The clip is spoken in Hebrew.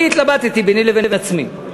אני התלבטתי ביני לבין עצמי,